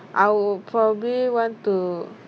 I would probably want to